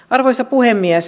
arvoisa puhemies